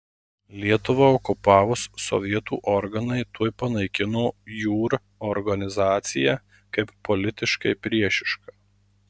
lietuvą okupavus sovietų organai tuoj panaikino jūr organizaciją kaip politiškai priešišką